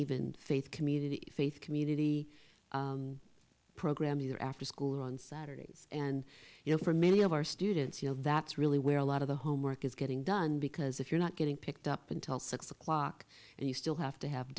even faith community faith community programs either after school or on saturdays and you know for many of our students you know that's really where a lot of the homework is getting done because if you're not getting picked up until six o'clock and you still have to have